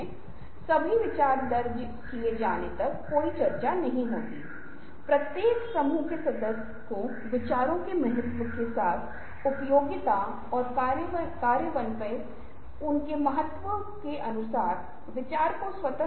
इसलिए आप देखते हैं कि विभिन्न प्रकार की सोच के अपने अलग अलग स्थान हैं और छह सोच वाले टोपी आपको इन अलग अलग स्थानों में स्वतंत्र रूप से बिना किसी दर से सोचने के लिए अनुमति देते हैं कि अन्य प्रकार के सोच का जड़ना सके